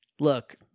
Look